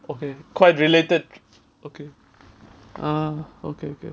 okay quite related okay ah okay okay